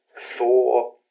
thor